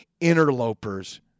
interlopers